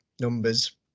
numbers